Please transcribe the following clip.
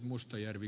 kannatan